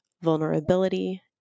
vulnerability